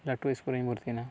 ᱞᱟᱹᱴᱩ ᱤᱥᱠᱩᱞ ᱨᱮᱧ ᱵᱷᱚᱨᱛᱤᱭᱮᱱᱟ